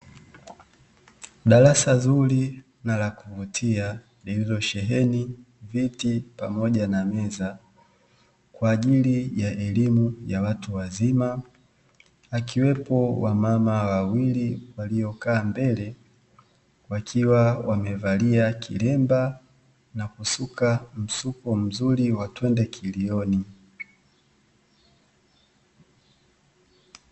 Darasa zuri na la kuvutia, lililosheheni viti pamoja na meza kwaajili ya elimu ya watu wazima, akiwepo wamama wawili waliokaa mbele wakiwa wamevalia kiremba na kusuka msuko mzuri wa twende kilioni.